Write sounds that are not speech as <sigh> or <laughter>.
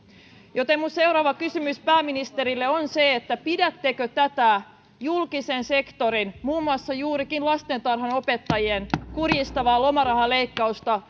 joten minun seuraava kysymykseni pääministerille on pidättekö tätä julkisen sektorin muun muassa juurikin lastentarhanopettajien kurjistavaa lomarahaleikkausta <unintelligible>